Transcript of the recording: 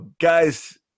Guys